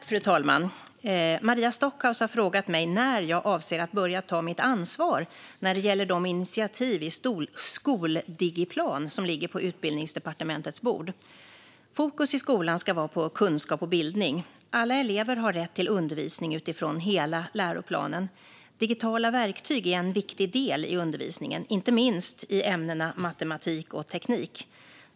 Fru talman! Maria Stockhaus har frågat mig när jag avser att börja ta mitt ansvar när det gäller de initiativ i den skoldigiplan som ligger på Utbildningsdepartementets bord. Fokus i skolan ska vara på kunskap och bildning. Alla elever har rätt till undervisning utifrån hela läroplanen. Digitala verktyg är en viktig del i undervisningen, inte minst i ämnena matematik och teknik.